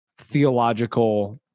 Theological